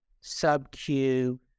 sub-Q